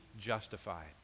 justified